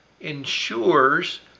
ensures